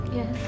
Yes